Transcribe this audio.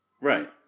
Right